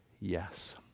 yes